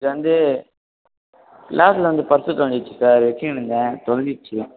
இப்போ வந்து க்ளாஸில் வந்து பர்ஸ்ஸு தொலைஞ்சிச்சி சார் வச்சுன்னு இருந்தேன் தொலைஞ்சிருச்சி